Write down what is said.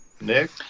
Nick